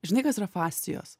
žinai kas yra fascijos